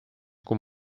kui